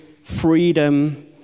freedom